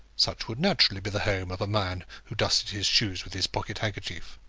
such would naturally be the home of a man who dusted his shoes with his pocket-handkerchief.